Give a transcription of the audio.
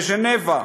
בז'נבה.